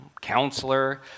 Counselor